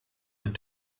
ein